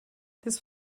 this